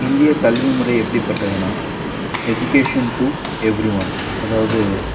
இந்திய கல்வி முறை எப்படிப்பட்டதுன்னா எஜிகேஷன் டூ எவ்ரி ஒன் அதாவது